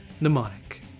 Mnemonic